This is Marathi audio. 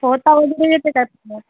पोहता वगैरे येते का मग